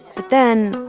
but then,